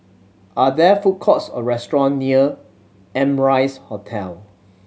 are there food courts or restaurant near Amrise Hotel